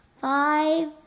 Five